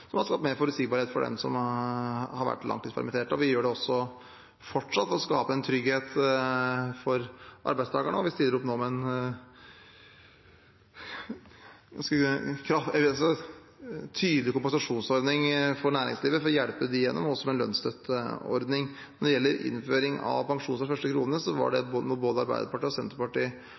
som har skapt mer forutsigbarhet for dem som har vært langtidspermittert. Vi gjør det også fortsatt for å skape en trygghet for arbeidstakerne, og vi stiller opp nå med en tydelig kompensasjonsordning for næringslivet for å hjelpe dem gjennom, og også med en lønnsstøtteordning. Når det gjelder innføring av pensjon fra første krone, var det noe både Arbeiderpartiet og Senterpartiet